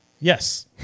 Yes